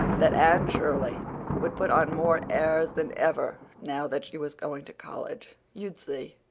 that anne shirley would put on more airs than ever now that she was going to college you'd see!